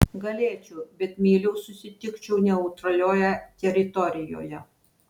galėčiau bet mieliau susitikčiau neutralioje teritorijoje